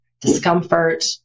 discomfort